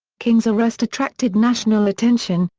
king's arrest attracted national attention,